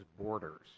borders